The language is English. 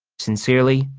sincerely,